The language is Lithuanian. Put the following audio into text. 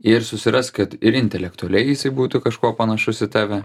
ir susirask kad ir intelektualiai jisai būtų kažkuo panašus į tave